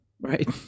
Right